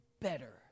better